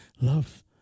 love